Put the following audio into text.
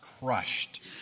crushed